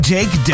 Jake